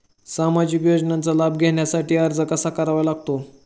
सामाजिक योजनांचा लाभ घेण्यासाठी अर्ज कसा करावा लागतो?